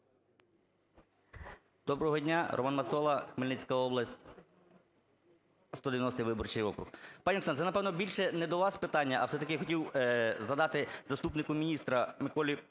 Доброго дня! Роман Мацола, Хмельницька область, 190 виборчий округ. Пані Оксана, це, напевно, більше не до вас питання, а все-таки я хотів задати заступнику міністра Миколі Петровичу.